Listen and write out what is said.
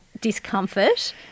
discomfort